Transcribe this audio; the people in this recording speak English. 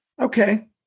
okay